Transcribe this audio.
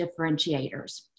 differentiators